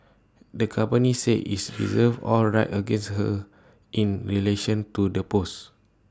the company said it's reserves all rights against her in relation to the post